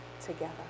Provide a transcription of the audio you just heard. together